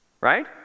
Right